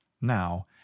now